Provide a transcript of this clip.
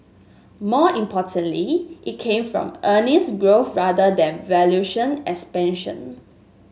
more importantly it came from earnings growth rather than valuation expansion